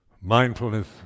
Mindfulness